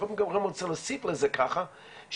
אני רוצה להוסיף לזה ככה,